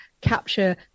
capture